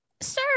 sir